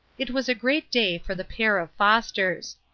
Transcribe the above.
it was a great day for the pair of fosters.